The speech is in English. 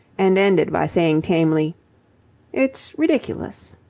and ended by saying tamely it's ridiculous.